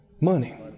money